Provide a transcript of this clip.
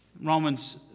Romans